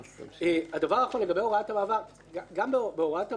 גם בהוראת המעבר